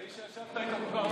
האיש שישבת איתו כל כך הרבה פעמים.